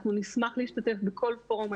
אנחנו נשמח להשתתף בכל פורום.